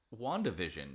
WandaVision